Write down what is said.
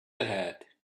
ahead